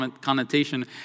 connotation